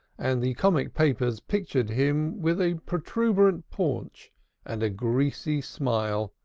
and the comic papers pictured him with a protuberant paunch and a greasy smile,